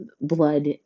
blood